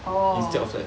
orh